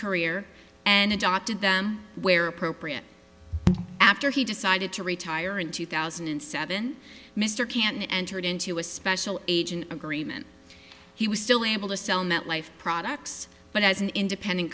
career and adopted them where appropriate after he decided to retire in two thousand and seven mr cannon entered into a special agent agreement he was still able to sell metlife products but as an independent